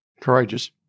Courageous